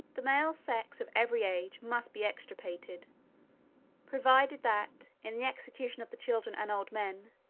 the male sex of every age must be extirpated provided that in the execution of the children and old men,